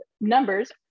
numbers